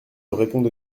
réponds